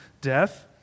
death